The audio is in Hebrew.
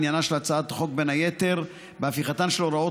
עניינה של הצעת החוק הוא בין היתר הפיכתן של הוראות